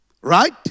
Right